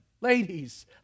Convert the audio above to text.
Ladies